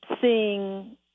seeing